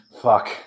fuck